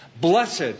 Blessed